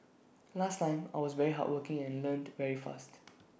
last time I was very hardworking and learnt very fast